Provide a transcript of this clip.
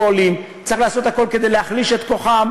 רוצים לעשות הכול כדי להביא יותר תחרות,